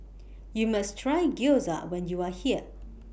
YOU must Try Gyoza when YOU Are here